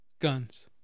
Guns